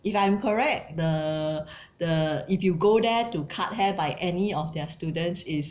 if I'm correct the the if you go there to cut hair by any of their students it's